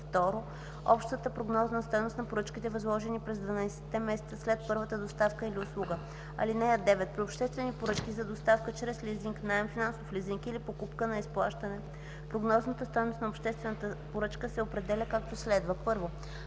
или 2. общата прогнозна стойност на поръчките, възложени през 12-те месеца след първата доставка или услуга. (9) При обществени поръчки за доставка чрез лизинг, наем, финансов лизинг или покупка на изплащане прогнозната стойност на обществената поръчка се определя, както следва: 1.